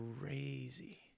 crazy